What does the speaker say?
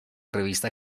revista